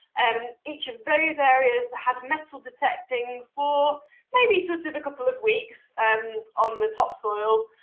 um each of those areas had metal-detecting for maybe sort of a couple of weeks um on the top soil.